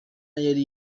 yari